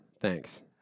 Thanks